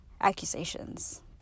accusations